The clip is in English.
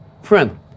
Friend